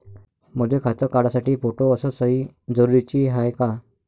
मले खातं काढासाठी फोटो अस सयी जरुरीची हाय का?